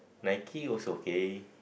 Nike was okay